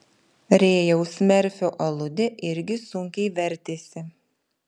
rėjaus merfio aludė irgi sunkiai vertėsi